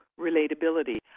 relatability